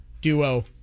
duo